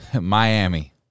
Miami